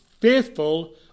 faithful